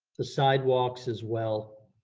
the sidewalks as well.